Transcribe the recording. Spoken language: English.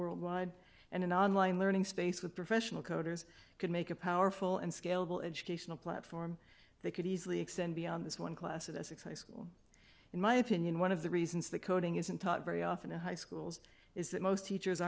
worldwide and an online learning space with professional coders could make a powerful and scalable educational platform they could easily extend beyond this one class as excite school in my opinion one of the reasons that coding isn't taught very often in high schools is that most teachers